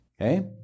Okay